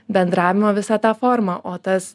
bendravimo visą tą formą o tas